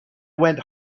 went